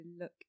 look